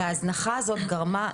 וההזנחה הזאת גרמה,